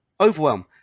Overwhelm